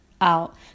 out